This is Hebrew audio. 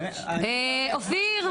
אופיר,